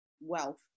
wealth